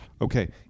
Okay